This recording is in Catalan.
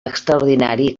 extraordinari